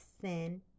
sin